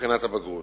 בבחינת הבגרות.